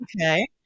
Okay